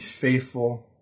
faithful